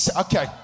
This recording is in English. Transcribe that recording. okay